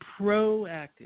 proactive